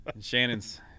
Shannon's